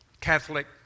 Catholic